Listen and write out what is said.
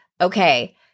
Okay